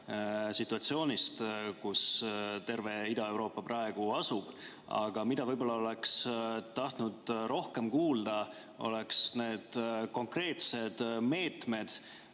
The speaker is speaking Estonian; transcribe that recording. situatsioonist, kus terve Ida-Euroopa praegu on. Aga võib-olla oleks tahtnud rohkem kuulda nende konkreetsete meetmete,